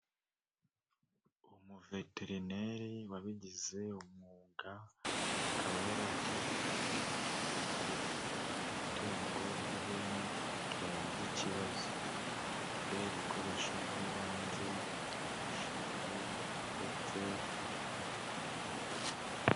Umuveterineri wabigize umwuga, akaba yarabyigiye, ari kuvura itungo ry'ihene ryagize ikibazo, afite ibikoresho by'ibanze nk'urushinge ndetse n'ibindi yambaye ku kaboko.